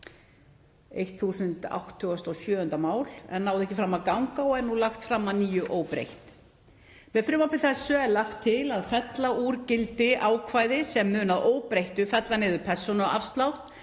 Það náði ekki fram að ganga og er nú lagt fram að nýju óbreytt. Með frumvarpi þessu er lagt til að fella úr gildi ákvæði sem mun að óbreyttu fella niður persónuafslátt